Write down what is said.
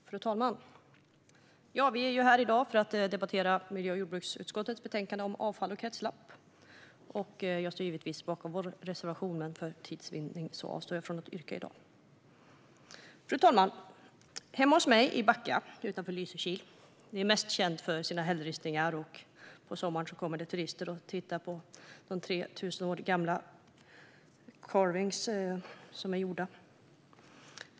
Fru talman! Vi är här i dag för att debattera miljö och jordbruksutskottets betänkande Avfall och kretslopp . Jag står givetvis bakom vår reservation, men för tids vinning avstår jag i dag från att yrka bifall. Fru talman! Hemma för mig är Backa utanför Lysekil. Det är mest känt för sina hällristningar. På sommaren kommer turister och tittar på de 3 000 år gamla carvings som är gjorda.